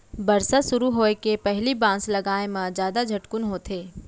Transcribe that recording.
बरसा सुरू होए के पहिली बांस लगाए म जादा झटकुन होथे